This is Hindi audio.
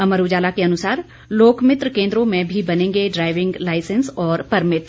अमर उजाला के अनुसार लोकमित्र केंद्रों में भी बनेंगे ड्राइविंग लाइसेंस और परमिट